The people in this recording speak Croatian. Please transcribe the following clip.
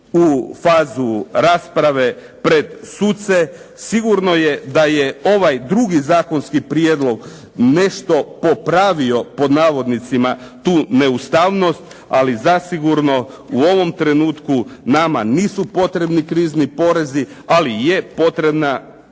u fazu rasprave pred suce, sigurno je da je ovaj drugi Zakonski prijedlog nešto popravio tu neustavnost ali zasigurno u ovom trenutku nama nisu potrebni krizni porezi ali je potrebna